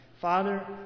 Father